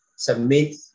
submit